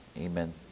Amen